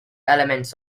elements